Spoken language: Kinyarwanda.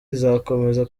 izakomeza